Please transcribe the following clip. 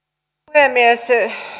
puhemies